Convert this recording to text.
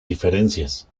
diferencias